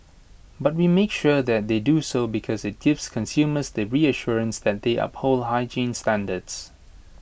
but we make sure that they do so because IT gives consumers the reassurance that they uphold hygiene standards